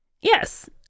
Yes